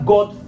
God